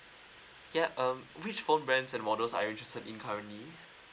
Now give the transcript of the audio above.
ya um which phone brands and models are you interested in currently